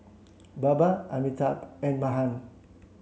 Baba Amitabh and Mahan